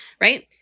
right